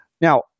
Now